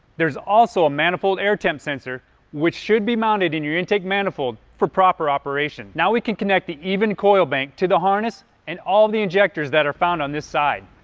there's also a manifold air temp sensor which should be mounted in your intake manifold for proper operation. now we can connect the even coil bank to the harness and all of the injectors that are found on this side.